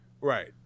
Right